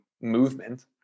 movement